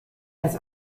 das